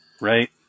Right